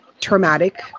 traumatic